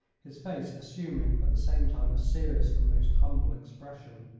his face assuming at the same time a serious and most humble expression.